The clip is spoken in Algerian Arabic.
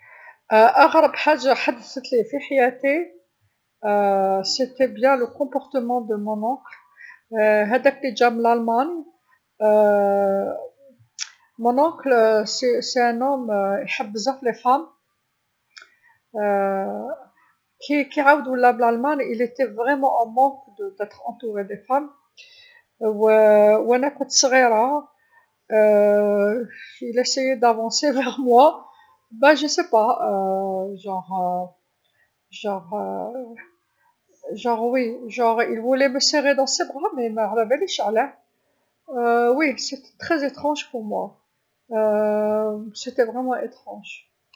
أغرب حاجه حدثتلي في حياتي كانت تصرف عمي هذاك لجا من للمان عمي هو هو راجل ليحب بزاف نسا ك-كعاود ولا للمان كان في نقص ديال مداورين بيه نسا و أنا كنت صغيرا حاول يتقرب ليا، معلاباليش كشغل كشغل كان حاب يشدني في يديه معلاباليش علاه إيه كانت غريبه بالنسبه ليا، غريبه بزاف.